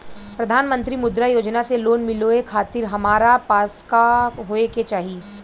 प्रधानमंत्री मुद्रा योजना से लोन मिलोए खातिर हमरा पास का होए के चाही?